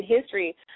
history